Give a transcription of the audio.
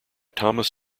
thomas